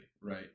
right